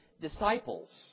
disciples